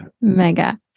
Mega